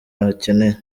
bakeneye